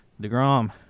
DeGrom